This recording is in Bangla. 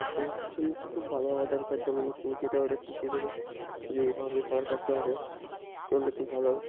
কোচ কিন্তু খুব ভালো হওয়া দরকার যেমন কোচ এটা ওটা শিখিয়ে দেবে যে এভাবে সাঁতার কাটতে হবে করলে খুব ভালো হবে